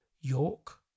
York